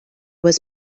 was